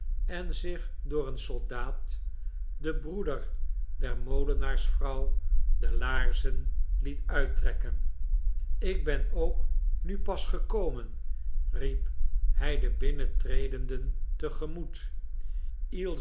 en zich door een soldaat den broeder der molenaarsvrouw de laarzen liet uittrekken ik ben ook nu pas gekomen riep hij de binnentredenden te gemoet